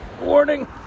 warning